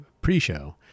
pre-show